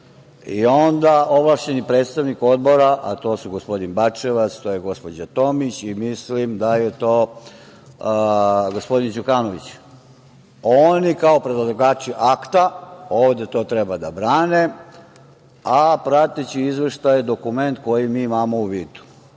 i onda ovlašćeni predstavnik odbora, a to su gospodin Bačevac, to je gospođa Tomić i mislim da je to gospodin Đukanović, kao predlagači akta ovde to treba da brane, a prateći izveštaj je dokument koji mi imamo u vidu.